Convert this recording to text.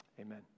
amen